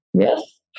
Yes